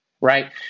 Right